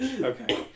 Okay